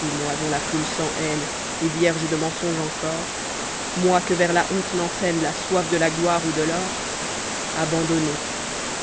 et moi dont la plume sans haine et vierge de mensonge encor moi que vers la honte n'entraîne la soif de la gloire ou de l'or abandonné